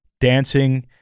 dancing